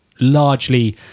largely